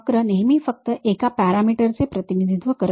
वक्र नेहमी फक्त एका पॅरामीटर चे प्रतिनिधित्व करत असतात